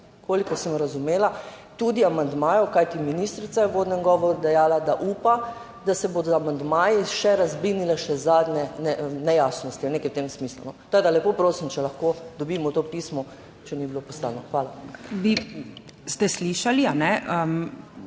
upa, sem razumela, tudi amandmajev, kajti ministrica je v uvodnem govoru dejala, da upa, da se bo z amandmaji še razblinile še zadnje nejasnosti ali nekaj v tem smislu? Tako da lepo prosim, če lahko dobimo to pismo, če ni bilo poslano. Hvala.